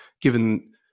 given